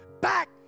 back